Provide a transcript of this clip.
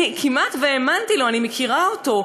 אני כמעט האמנתי לו, אני מכירה אותו,